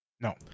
no